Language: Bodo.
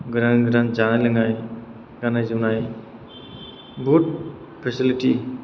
गोदान गोदान जानाय लोंनाय गान्नाय जोमनाय बुहुथ फेसिलिटी